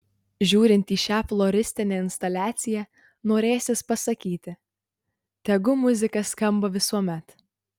žiūrint į šią floristinę instaliaciją norėsis pasakyti tegu muzika skamba visuomet